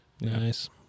nice